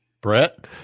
Brett